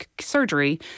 surgery